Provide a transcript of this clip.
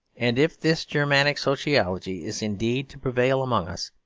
and if this germanic sociology is indeed to prevail among us,